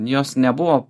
jos nebuvo